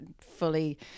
fully